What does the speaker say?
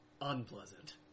unpleasant